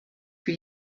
for